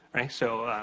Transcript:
right? so,